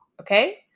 Okay